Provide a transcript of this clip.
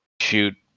shoot